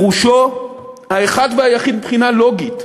פירושו האחד והיחיד, מבחינה לוגית,